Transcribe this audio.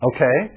Okay